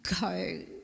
go